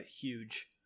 huge